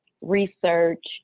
research